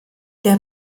der